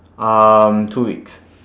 um two weeks